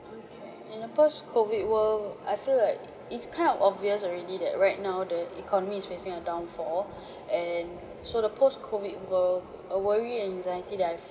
okay in a post COVID world I feel like it's kind of obvious already that right now the economy is facing a downfall and so the post COVID world a worry and anxiety that I